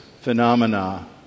phenomena